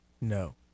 No